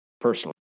personally